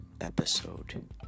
episode